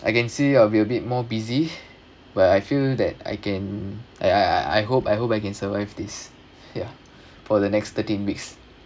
I can see I'll be a bit more busy but I feel that I can I I hope I hope I can survive this ya for the next thirteen weeks